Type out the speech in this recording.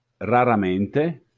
raramente